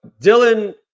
Dylan